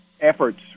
efforts